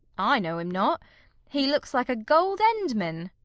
i know him not he looks like a gold-endman.